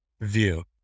view